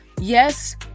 yes